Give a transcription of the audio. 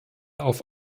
auf